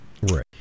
Right